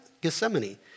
Gethsemane